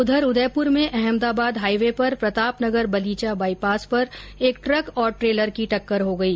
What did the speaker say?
उधर उदयपूर में अहमदाबाद हाईवे पर प्रतापनगर बलीचा बाईपास पर एक ट्रक और ट्रेलर की टक्कर हो गई